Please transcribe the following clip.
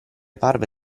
parve